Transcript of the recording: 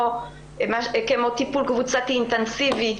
כמו טיפול קבוצתי אינטנסיבי,